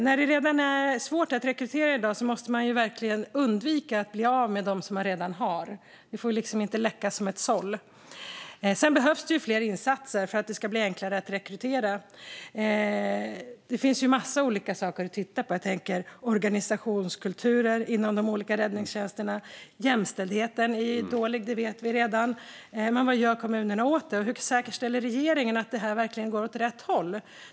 När det redan är svårt att rekrytera i dag måste man verkligen undvika att bli av med dem som man redan har. Det får liksom inte läcka som ett såll. Sedan behövs det fler insatser för att det ska bli enklare att rekrytera. Det finns en massa olika saker att titta på, som organisationskulturer inom de olika räddningstjänsterna och jämställdheten, som vi redan vet är dålig. Men vad gör kommunerna åt detta, och hur säkerställer regeringen att det verkligen går åt rätt håll?